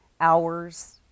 hours